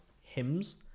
hymns